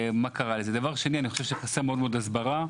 דבר שני, אני חושב שחסרה הסברה.